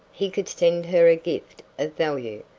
he could send her a gift of value,